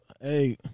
Hey